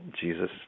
Jesus